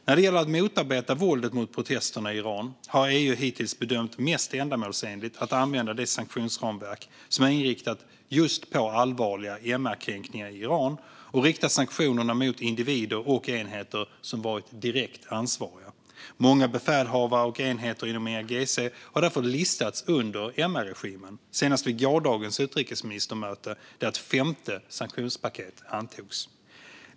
När det gäller att motarbeta våldet mot protesterna i Iran har EU hittills bedömt det vara mest ändamålsenligt att använda det sanktionsramverk som är inriktat just på allvarliga MR-kränkningar i Iran och rikta sanktionerna mot individer och enheter som varit direkt ansvariga. Många befälhavare och enheter inom IRGC har därför listats under MR-regimen, senast vid gårdagens utrikesministermöte där ett femte sanktionspaket antogs.